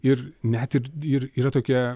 ir net ir ir yra tokia